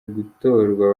gutorwa